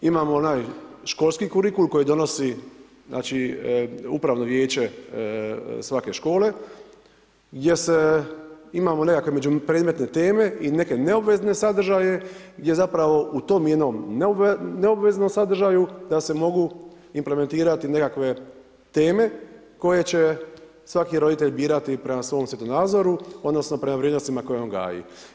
Imamo onaj školski kurikul koji donosi, znači Upravno vijeće svake škole, gdje se imamo nekakve među predmetne teme i neke neobvezne sadržaje, gdje zapravo u tom jednom neobveznom sadržaju da se mogu implementirati nekakve teme koje će svaki roditelj birati prema svom svjetonazoru, odnosno prema vrijednostima koje on gaji.